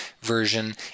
version